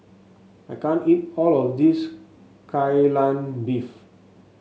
I can't eat all of this Kai Lan Beef